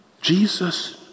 Jesus